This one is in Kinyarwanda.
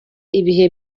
ibihe